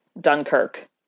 dunkirk